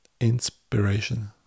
inspiration